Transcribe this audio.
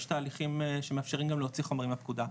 יש תהליכים שמאפשרים להוציא חומרים לפקודה.